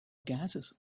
gases